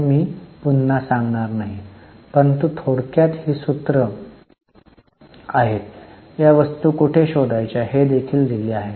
तर मी पुन्हा सांगणार नाही परंतु थोडक्यात ही सूत्रे आहेत या वस्तू कोठे शोधायच्या हे देखील दिले आहे